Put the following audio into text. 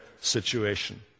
situation